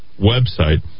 website